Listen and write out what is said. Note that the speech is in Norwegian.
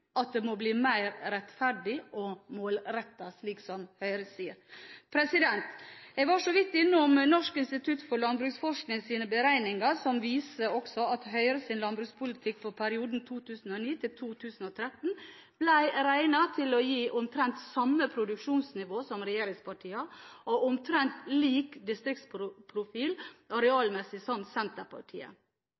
at det må bli mer rettferdig og målrettet, slik Høyre sier. Jeg var så vidt innom Norsk institutt for landbruksforsknings beregninger som viser at Høyres landbrukspolitikk for perioden 2009–2013 ble regnet til å gi omtrent samme produksjonsnivå som regjeringspartienes, og omtrent lik distriktsprofil arealmessig